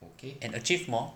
and achieve more